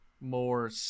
more